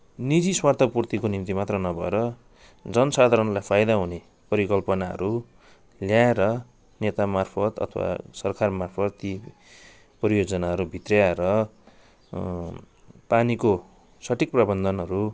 निजी स्वार्थपूर्तिको निम्ति मात्र नभएर जनसाधारणलाई फाइदा हुने परिकल्पनाहरू ल्याएर नेतामार्फत अथवा सरकारमार्फत ती परियोजनाहरू भित्र्याएर पानीको सठिक प्रबन्धनहरू